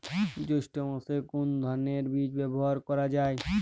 জৈষ্ঠ্য মাসে কোন ধানের বীজ ব্যবহার করা যায়?